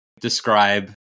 describe